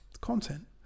content